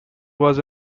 was